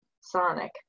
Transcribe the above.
sonic